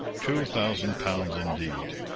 two thousand pounds indeed!